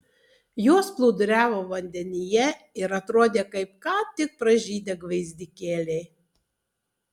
jos plūduriavo vandenyje ir atrodė kaip ką tik pražydę gvazdikėliai